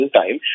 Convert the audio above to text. time